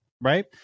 right